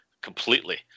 completely